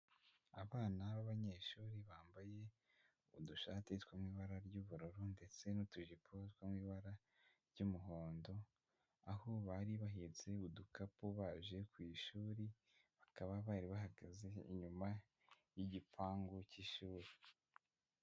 Abana b'abanyeshuri bambaye udushati two mu ibara ry'ubururu ndetse n'utujipo two mu ibara ry'umuhondo, aho bari bahetse udukapu baje ku ishuri, bakaba bari bahagaze inyuma y'igipangu cy'ishuri.